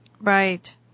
Right